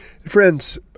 Friends